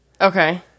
Okay